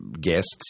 guests